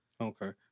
Okay